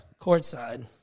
Courtside